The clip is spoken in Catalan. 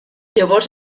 llavors